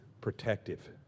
protective